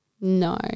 No